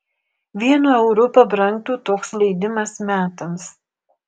vienu euru pabrangtų toks leidimas metams